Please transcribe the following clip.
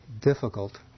difficult